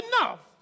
enough